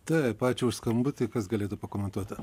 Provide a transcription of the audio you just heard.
taip ačiū už skambutį kas galėtų pakomentuoti